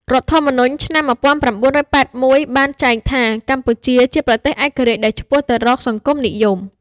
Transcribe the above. រដ្ឋធម្មនុញ្ញឆ្នាំ ១៩៨១ បានចែងថា កម្ពុជាជាប្រទេសឯករាជ្យដែលឆ្ពោះទៅរកសង្គមនិយម។